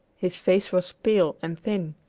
his face was pale and thin,